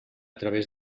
través